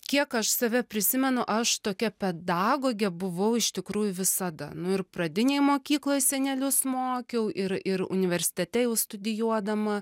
kiek aš save prisimenu aš tokia pedagogė buvau iš tikrųjų visada nu ir pradinėj mokykloj senelius mokiau ir ir universitete jau studijuodama